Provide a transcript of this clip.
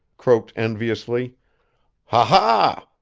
croaked enviously ha, ha!